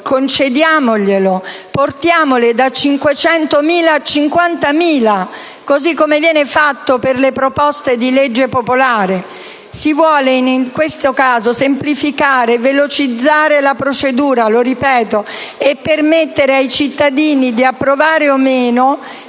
concediamoglielo: portiamole da 500.000 a 50.000, così come viene fatto per le proposte di legge popolare. Si vuole in questo caso semplificare e velocizzare la procedura - lo ripeto - e permettere ai cittadini di approvare o meno,